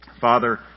Father